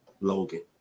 Logan